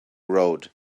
road